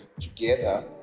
together